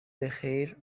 بخیر